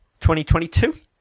2022